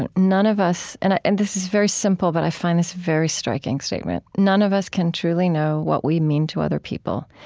and none of us and and this is very simple, but i find this a very striking statement none of us can truly know what we mean to other people,